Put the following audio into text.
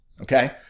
okay